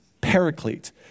paraclete